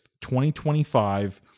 2025